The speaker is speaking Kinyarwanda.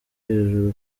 hejuru